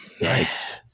nice